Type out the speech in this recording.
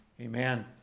Amen